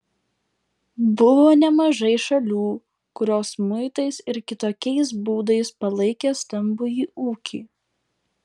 buvo nemažai šalių kurios muitais ir kitokiais būdais palaikė stambųjį ūkį